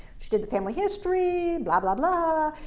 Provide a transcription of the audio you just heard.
she did the family history. blah, blah, blah.